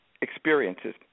experiences